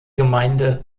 gemeinde